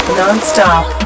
non-stop